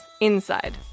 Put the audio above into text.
Inside